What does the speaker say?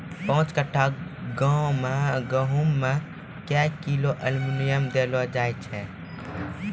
पाँच कट्ठा गांव मे गेहूँ मे क्या किलो एल्मुनियम देले जाय तो?